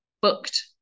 booked